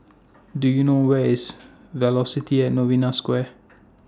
Do YOU know Where IS Velocity At Novena Square